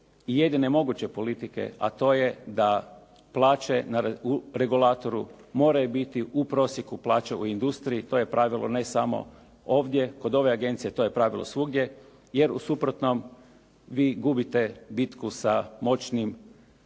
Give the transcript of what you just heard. jedine moguće politike, a to je da plaće u regulatoru moraju biti u prosjeku plaće u industriji. To je pravilo ne samo ovdje kod ove agencije, to je pravilo svugdje jer u suprotnom vi gubite bitku sa moćnim platišama,